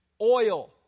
Oil